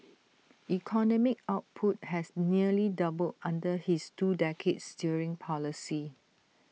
economic output has nearly doubled under his two decades steering policy